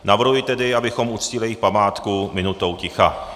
Navrhuji tedy, abychom uctili jejich památku minutou ticha.